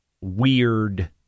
weird